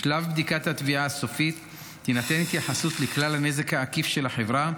בשלב בדיקת התביעה הסופית תינתן התייחסות לכלל הנזק העקיף של החברה,